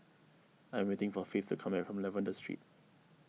I am waiting for Faith to come back from Lavender Street